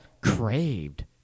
craved